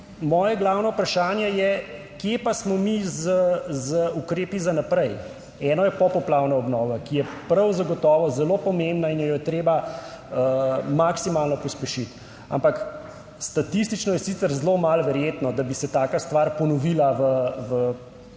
moje glavno vprašanje je, kje pa smo mi z ukrepi za naprej. Eno je popoplavna obnova, ki je prav zagotovo zelo pomembna in jo je treba maksimalno pospešiti. Ampak statistično je sicer zelo malo verjetno, da bi se taka stvar ponovila v, bom